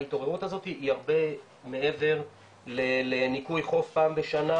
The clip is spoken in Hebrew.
גם היום ההתעוררות הזאת היא הרבה יותר מעבר לניקוי חוף פעם בשנה,